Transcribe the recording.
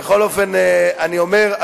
בכל אופן אני אומר,